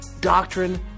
Doctrine